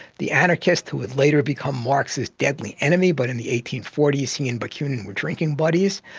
the anarchist who would later become marx's deadly enemy, but in the eighteen forty s he and bakunin were drinking buddies.